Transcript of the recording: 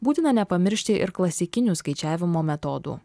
būtina nepamiršti ir klasikinių skaičiavimo metodų